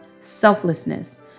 selflessness